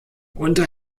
unter